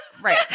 Right